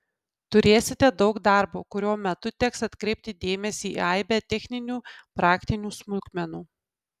turėsite daug darbo kurio metu teks atkreipti dėmesį į aibę techninių praktinių smulkmenų